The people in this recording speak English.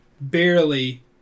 barely